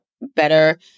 better